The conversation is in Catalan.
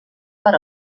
per